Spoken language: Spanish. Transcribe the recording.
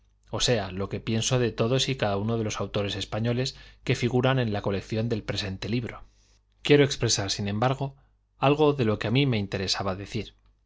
ó sea lo que pienso de todos y de cada uno de los autores colección del presente libro españoles que figuran en la quiero expres'ar sin embargo algo de lo que á mí me interesaba decir